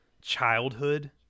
childhood